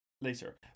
later